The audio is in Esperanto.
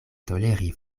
toleri